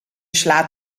slaat